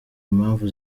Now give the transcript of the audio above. impamvu